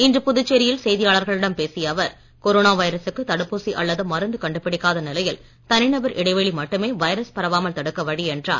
இன்று புதுச்சேரியில் செய்தியாளர்களிடம் பேசிய அவர் கொரோனா வைரசுக்கு தடுப்பூசி அல்லது மருந்து கண்டுபிடிக்காத நிலையில் தனிநபர் இடைவெளி மட்டுமே வைரஸ் பரவாமல் தடுக்க வழி என்றார்